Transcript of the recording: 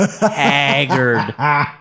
haggard